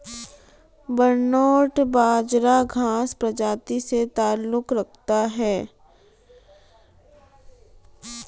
barnyard बाजरा घांस प्रजाति से ताल्लुक रखता है